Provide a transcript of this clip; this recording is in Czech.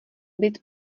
být